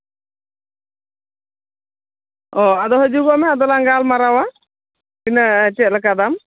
ᱚᱸᱻ ᱟᱫᱚ ᱦᱟᱹᱡᱩᱜᱚᱜ ᱢᱮ ᱟᱫᱚ ᱞᱟᱝ ᱜᱟᱞᱢᱟᱨᱟᱣᱟ ᱛᱤᱱᱟᱹᱜ ᱪᱮᱫ ᱞᱮᱠᱟ ᱫᱟᱢ